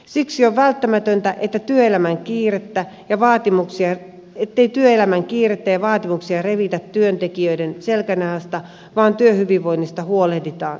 siksi on välttämätöntä että työelämän kiirettä ja vaatimuksia ettei työelämän kiirettä ja vaatimuksia revitä työntekijöiden selkänahasta vaan työhyvinvoinnista huolehditaan